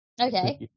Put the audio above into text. Okay